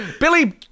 Billy